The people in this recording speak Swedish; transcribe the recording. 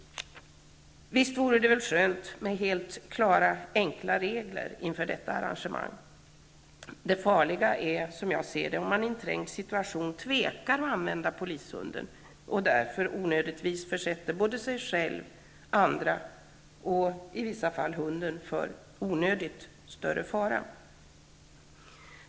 Visst vore det väl skönt med enkla klara regler inför detta arrangemang. Det farliga är, som jag ser det, om man i en trängd situation tvekar att använda polishunden och därför onödigtvis utsätter sig själv, andra människor och i vissa fall hunden för större fara.